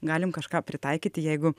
galim kažką pritaikyti jeigu